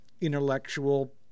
intellectual